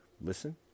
listen